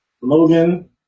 Logan